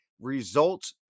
results